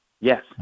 Yes